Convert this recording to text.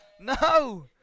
No